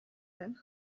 den